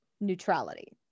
neutrality